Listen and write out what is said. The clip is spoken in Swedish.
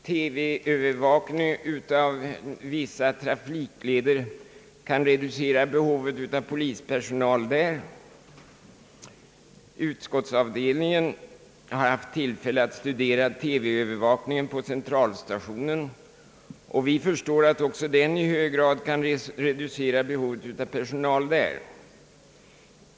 TV-övervakning av vissa trafikleder kan reducera behovet av polispersonal där. Utskottsavdelningen har haft tillfälle att studera TV-övervakningen på centralstationen, och vi förstår att en sådan Övervakning i hög grad kan minska personalbehovet på denna plats.